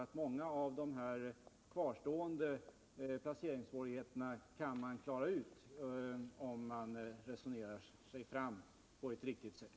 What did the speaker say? att man kan klara ut många av de kvarstående placeringssvårigheterna om man resonerar sig fram på ett riktigt sätt.